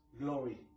glory